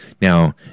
now